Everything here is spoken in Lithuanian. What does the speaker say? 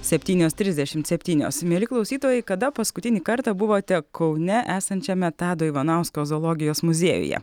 septynios trisdešimt septynios mieli klausytojai kada paskutinį kartą buvote kaune esančiame tado ivanausko zoologijos muziejuje